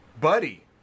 buddy